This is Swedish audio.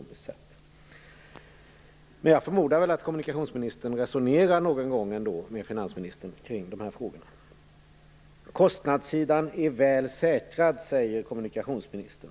Men jag förmodar att kommunikationsministern någon gång ändå resonerar med finansministern kring dessa frågor. Kostnadssidan är väl säkrad, säger kommunikationsministern.